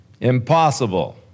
Impossible